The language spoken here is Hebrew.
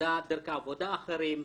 דרכי עבודה אחרות,